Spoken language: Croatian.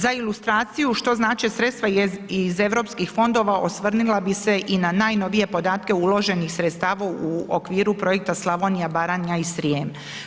Za ilustraciju što znače sredstva iz EU fondova, osvrnula bih se i na najnovije podatke uloženih sredstava u okviru projekta Slavonija, Baranja i Srijem.